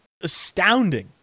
Astounding